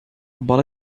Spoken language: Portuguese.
bola